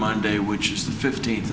monday which is the fifteenth